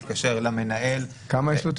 להוסיף על ההליכים שמתנהלים אצלו ועל אותם